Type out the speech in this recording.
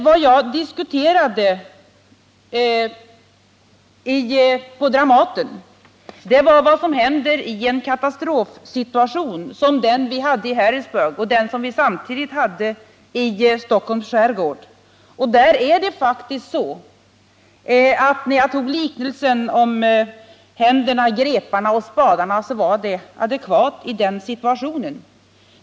Vad jag diskuterade på Dramaten var vad som händer i en katastrofsituation som den i Harrisburg och som den vi samtidigt hade i Stockholms skärgård. När jag gjorde liknelsen med händerna, greparna och spadarna var det adekvat i den situationen.